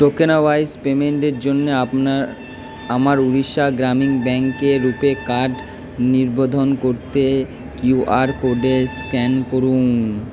tokenwise পেমেন্টের জন্যে আপনার আমার উড়িষ্যা গ্রামীণ ব্যাঙ্কে রুপে কার্ড নিবন্ধন করতে কিউআর কোডে স্ক্যান করুন